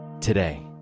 today